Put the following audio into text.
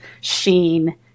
sheen